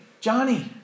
Johnny